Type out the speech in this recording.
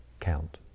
count